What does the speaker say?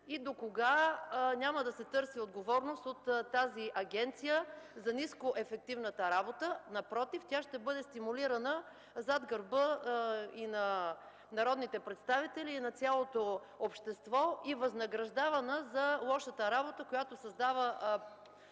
Докога няма да се търси отговорност от тази агенция за нискоефективната й работа, а напротив, тя ще бъде стимулирана зад гърба на народните представители и на цялото общество и възнаграждавана за лошата работа, която създава